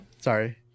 Sorry